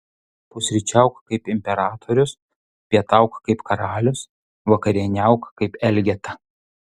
pusryčiauk kaip imperatorius pietauk kaip karalius vakarieniauk kaip elgeta